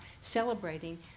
celebrating